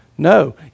No